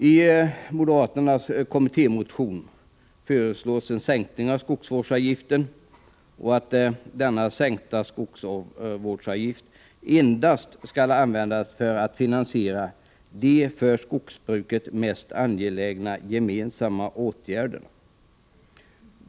I moderaternas kommittémotion föreslås en sänkning av skogsvårdsavgiften och att denna sänkta skogsvårdsavgift endast skall användas för att finansiera de för skogsbruket mest angelägna gemensamma åtgärderna.